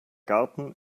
garten